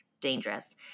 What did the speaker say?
dangerous